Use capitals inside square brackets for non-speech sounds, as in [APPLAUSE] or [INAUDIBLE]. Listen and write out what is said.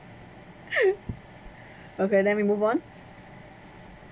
[LAUGHS] okay then we move on